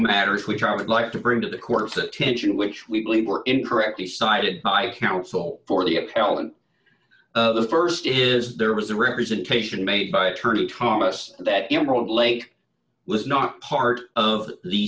matters which i would like to bring to the court's attention which we believe were incorrectly cited by counsel for the appellant the st is there was a representation made by attorney thomas that emerald lake was not part of the